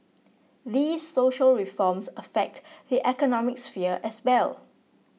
these social reforms affect the economic sphere as well